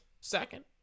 second